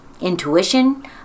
intuition